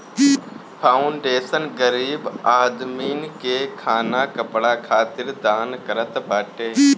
foundation गरीब आदमीन के खाना कपड़ा खातिर दान करत बाटे